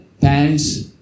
pants